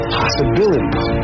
possibilities